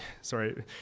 sorry